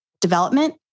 development